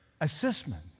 assessment